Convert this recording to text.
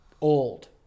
old